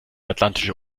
atlantische